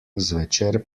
zvečer